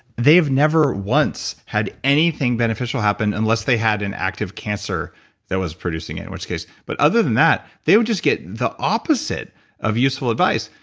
they've never once had anything beneficial happen unless they had an active cancer that was producing it in which case, but other than that, they would just get the opposite of useful advice,